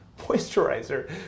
moisturizer